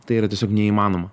tai yra tiesiog neįmanoma